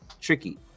tricky